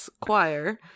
choir